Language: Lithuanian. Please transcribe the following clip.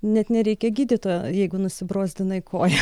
net nereikia gydytojo jeigu nusibrozdinai koją